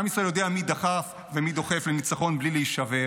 עם ישראל יודע מי דחף ומי דוחף לניצחון בלי להישבר.